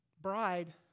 bride